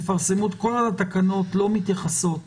כל התקנות לא מתייחסות